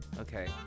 okay